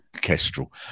kestrel